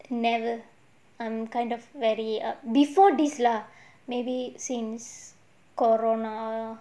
never I'm kind of very err before this lah maybe since corona